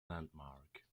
landmark